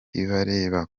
bibareba